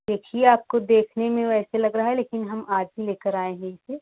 देखिए आपको देखने में वैसे लग रहा है लेकिन हम आज ही लेकर आये हैं इसे